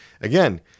Again